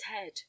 head